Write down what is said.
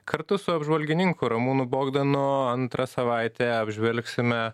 kartu su apžvalgininku ramūnu bogdanu antrą savaitę apžvelgsime